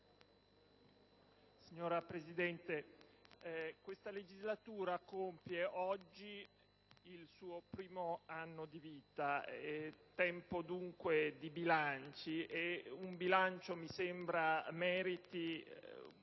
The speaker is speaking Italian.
Signora Presidente, questa legislatura compie oggi il suo primo anno di vita; è tempo dunque di bilanci ed un bilancio mi sembra meriti un